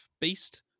beast